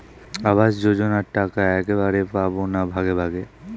আবাস যোজনা টাকা একবারে পাব না ভাগে ভাগে?